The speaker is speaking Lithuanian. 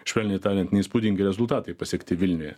švelniai tariant neįspūdingi rezultatai pasiekti vilniuje